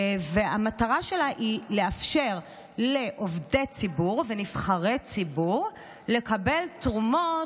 והמטרה היא לאפשר לעובדי ציבור ונבחרי ציבור לקבל תרומות